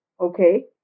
Okay